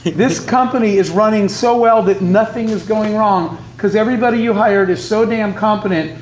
this company is running so well that nothing is going wrong, because everybody you hired is so damn competent,